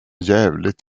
jävligt